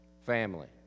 Family